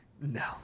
No